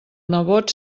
nebot